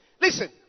Listen